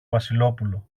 βασιλόπουλο